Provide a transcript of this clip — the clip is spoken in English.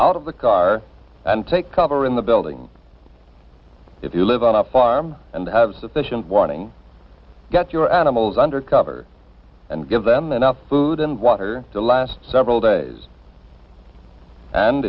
out of the car and take cover in the building if you live on a farm and have sufficient warning get your animals under cover and give them enough food and water to last several days and